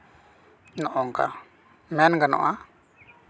ᱱᱚᱝᱠᱟ ᱢᱮᱱ ᱜᱟᱱᱚᱜᱼᱟ